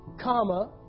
Comma